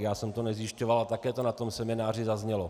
Já jsem to nezjišťoval a také to na tom semináři zaznělo.